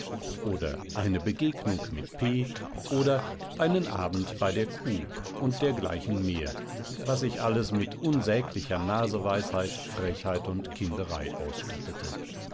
oder eine begegnung mit p oder einen abend bei der q und dergleichen mehr was ich alles mit unsäglicher naseweisheit frechheit und kinderei ausstattete